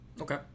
okay